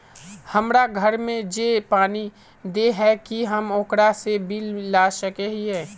हमरा घर में जे पानी दे है की हम ओकरो से बिल ला सके हिये?